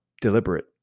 deliberate